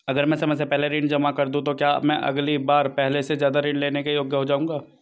अगर मैं समय से पहले ऋण जमा कर दूं तो क्या मैं अगली बार पहले से ज़्यादा ऋण लेने के योग्य हो जाऊँगा?